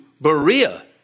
Berea